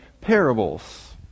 parables